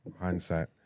hindsight